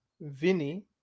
Vinny